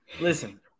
Listen